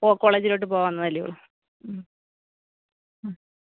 ഓ കോളേജിലോട്ട് പോവാം എന്നതിലോ